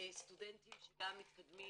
סטודנטים שגם מתקדמים